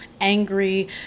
angry